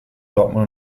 dortmund